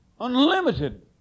Unlimited